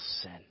sin